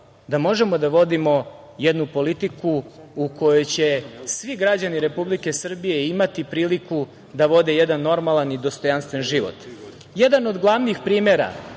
da možemo da vodimo jednu politiku u kojoj će svi građani Republike Srbije imati priliku da vode jedan normalan i dostojanstven život. Jedan od glavnih primera